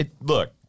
Look